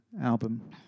album